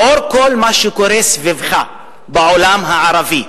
לאור כל מה שקורה סביבך בעולם הערבי,